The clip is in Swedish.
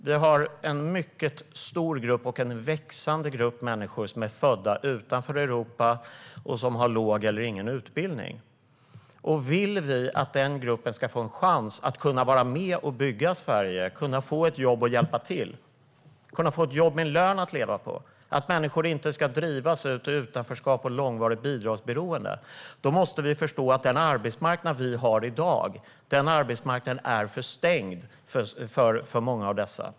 Vi har en mycket stor och växande grupp människor som är födda utanför Europa och som har låg eller ingen utbildning. Vill vi att den gruppen ska få en chans att vara med och bygga Sverige? Vill vi att de ska kunna få ett jobb och att de ska kunna hjälpa till? Vill vi att de ska kunna få ett jobb med en lön att leva på? Vill vi att människor inte ska drivas ut i utanförskap och långvarigt bidragsberoende? Då måste vi förstå att den arbetsmarknad vi har i dag är stängd för många av dessa.